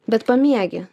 bet pamiegi